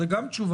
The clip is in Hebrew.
זו גם תשובה,